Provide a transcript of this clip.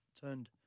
turned